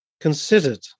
considered